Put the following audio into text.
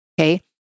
Okay